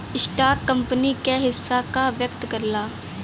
stock company क हिस्सा का व्यक्त करला